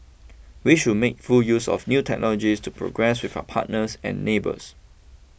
we should make full use of new technologies to progress with our partners and neighbours